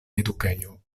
edukejo